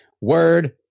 Word